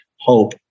hope